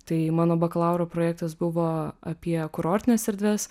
tai mano bakalauro projektas buvo apie kurortines erdves